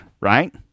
right